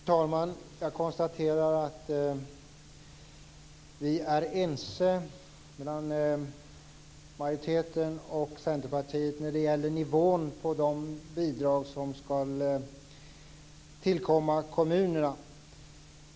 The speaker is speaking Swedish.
Fru talman! Jag konstaterar att majoriteten och Centerpartiet är ense när det gäller nivån på de bidrag som skall tillkomma kommunerna.